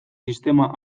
sistema